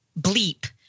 bleep